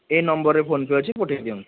ଏଇ ନମ୍ବରରେ PhonePe' ଅଛି ପଠେଇଦିଅନ୍ତୁ